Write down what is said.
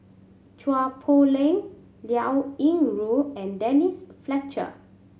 Chua Poh Leng Liao Yingru and Denise Fletcher